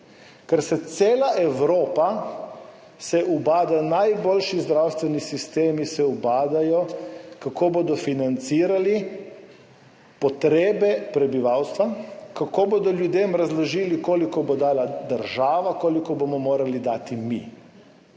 Ker se cela Evropa ubada, najboljši zdravstveni sistemi se ubadajo, kako bodo financirali potrebe prebivalstva, kako bodo ljudem razložili, koliko bo dala država, koliko bomo morali dati mi.